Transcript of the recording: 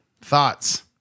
Thoughts